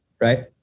Right